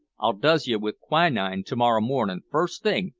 i'll dose you with quinine to-morrow mornin', first thing,